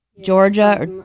Georgia